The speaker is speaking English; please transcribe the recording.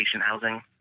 housing